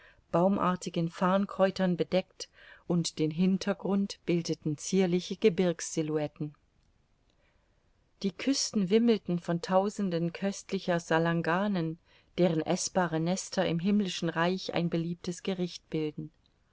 baumartigen farrenkräutern bedeckt und den hintergrund bildeten zierliche gebirgssilhouetten die küsten wimmelten von tausenden köstlicher salanganen deren eßbare nester im himmlischen reich ein beliebtes gericht bilden